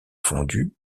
fondu